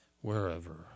wherever